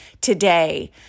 today